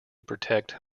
protect